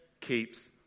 keeps